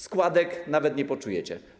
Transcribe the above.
Składek nawet nie poczujecie.